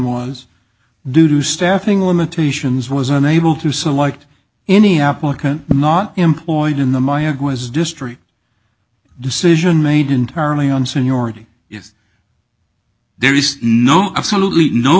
was due to staffing limitations was unable to select any applicant not employed in the my ago as district decision made entirely on seniority yes there is no absolutely no